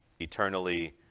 eternally